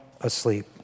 asleep